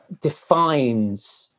defines